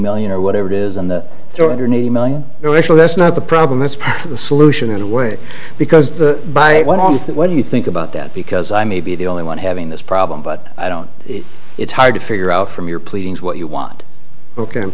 million or whatever it is and the three hundred eighty million racial that's not the problem it's the solution in a way because the buy one on what do you think about that because i may be the only one having this problem but i don't it's hard to figure out from your pleadings what you want ok i'm